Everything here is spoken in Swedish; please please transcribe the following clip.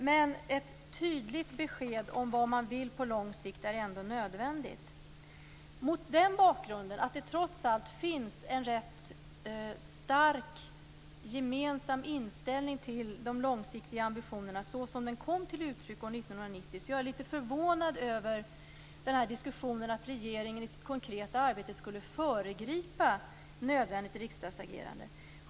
Men det är nödvändigt med ett tydligt besked om vad man vill på lång sikt. Mot bakgrund av att det trots allt finns en stark gemensam inställning till de långsiktiga ambitionerna, såsom de kom till uttryck 1990, är jag förvånad över diskussionen att regeringen i sitt konkreta arbete skulle föregripa nödvändigt riksdagsagerande.